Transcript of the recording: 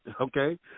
okay